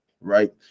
right